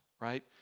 Right